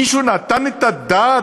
מישהו נתן את הדעת?